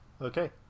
Okay